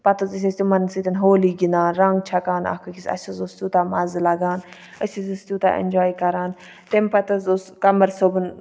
پَتہِ حظ ٲسۍ أسۍ تِمَن سۭتۍ ہولی گِنٛدان رَنٛگ چھَکان اکھ أکِس اَسہِ حظ اوس تیوتاہ مَزٕ لَگان أسۍ حظ ٲسۍ تیوتاہ ایٚنجاے کَران تمہ پَتہٕ حظ اوس قَمر صٲبُن